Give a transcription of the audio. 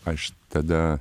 aš tada